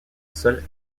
seul